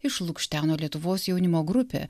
išlukšteno lietuvos jaunimo grupė